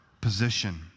position